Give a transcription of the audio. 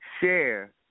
share